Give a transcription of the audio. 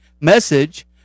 message